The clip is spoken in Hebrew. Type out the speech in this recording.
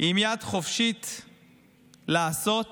עם יד חופשית לעשות